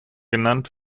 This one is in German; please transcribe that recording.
genannt